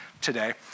today